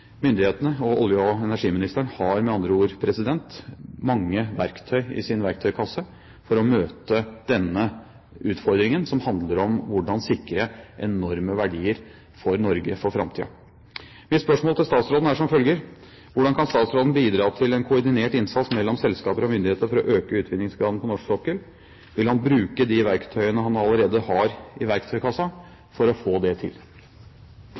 Myndighetene og olje- og energiministeren har med andre ord mange verktøy i sin verktøykasse for å møte denne utfordringen, som handler om hvordan man kan sikre enorme verdier for Norge for framtiden. Mine spørsmål til statsråden er som følger: Hvordan kan statsråden bidra til en koordinert innsats mellom selskaper og myndigheter for å øke utvinningsgraden på norsk sokkel? Vil han bruke de verktøyene han allerede har i verktøykassa, for å få det til?